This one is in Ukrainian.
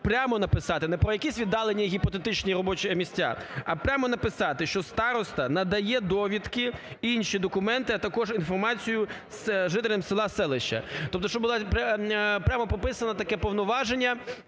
прямо написати, не про якісь віддалені гіпотетичні робочі місця, а прямо написати, що староста надає довідки, інші документи, а також інформацію жителям села, селища. Тобто, щоб було прямо прописане таке повноваження,